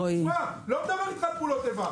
לא מדבר על פעולות איבה.